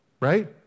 right